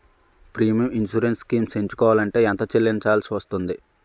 Premium insurance schemes ఎంచుకోవలంటే ఎంత చల్లించాల్సివస్తుంది??